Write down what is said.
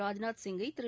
ராஜ்நாத் சிங்கை திரு